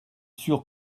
sûr